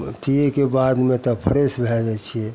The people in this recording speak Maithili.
पिएके बादमे तब फ्रेश भै जाइ छिए